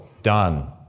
Done